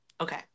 Okay